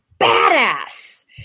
badass